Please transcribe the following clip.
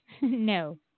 No